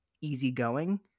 easygoing